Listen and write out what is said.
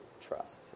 trust